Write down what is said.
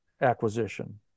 acquisition